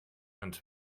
and